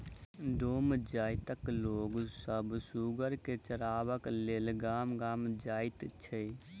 डोम जाइतक लोक सभ सुगर के चरयबाक लेल गामे गाम जाइत छै